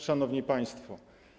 Szanowni Państwo!